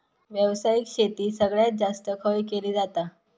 व्यावसायिक शेती सगळ्यात जास्त खय केली जाता?